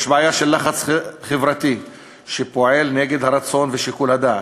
יש בעיה של לחץ חברתי שפועל נגד הרצון ושיקול הדעת,